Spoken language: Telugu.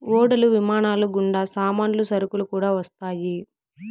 ఓడలు విమానాలు గుండా సామాన్లు సరుకులు కూడా వస్తాయి